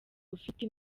ufite